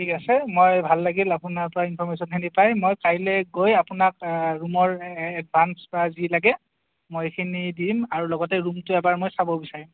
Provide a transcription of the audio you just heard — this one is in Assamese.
ঠিক আছে মই ভাল লাগিল আপোনাৰ পৰা ইনফৰমেশ্বনখিনি পাই মই কাইলৈ গৈ আপোনাক ৰূমৰ এডভানচ বা যি লাগে মই এইখিনি দিম আৰু লগতে ৰূমটো এবাৰ মই চাব বিচাৰিম